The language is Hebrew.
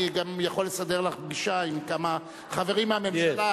אני גם יכול לסדר לך פגישה עם כמה חברים מהממשלה.